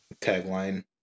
Tagline